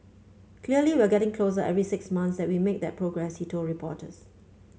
clearly we're getting closer every six months that we make that progress he told reporters